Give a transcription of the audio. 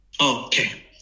Okay